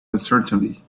uncertainly